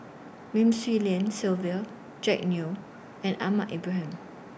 Lim Swee Lian Sylvia Jack Neo and Ahmad Ibrahim